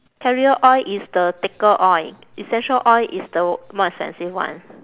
carrier oil is the thicker oil essential oil is the more expensive one